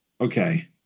Okay